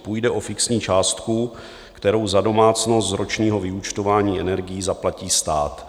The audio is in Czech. Půjde o fixní částku, kterou za domácnost z ročního vyúčtování energií zaplatí stát.